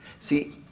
See